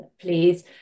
please